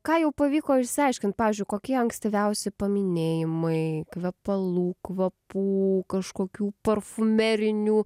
ką jau pavyko išsiaiškint pavyzdžiui kokie ankstyviausi paminėjimai kvepalų kvapų kažkokių parfumerinių